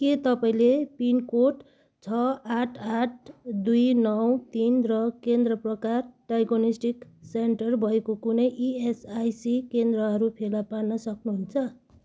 के तपाईँँले पिनकोड छ आठ आठ दुई नौ तिन र केन्द्र प्रकार डायग्नोस्टिक सेन्टर भएको कुनै इएसआइसी केन्द्रहरू फेला पार्न सक्नुहुन्छ